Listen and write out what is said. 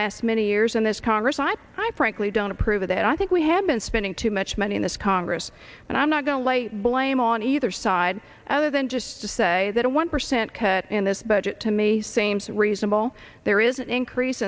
last many years in this congress i'm hype rankly don't approve of that i think we have been spending too much money in this congress and i'm not going to lay blame on either side other than just to say that a one percent cut in this budget to me same's reasonable there is an increase